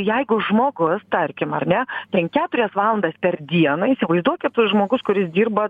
jeigu žmogus tarkim ar ne ten keturias valandas per dieną įsivaizduokit žmogus kuris dirba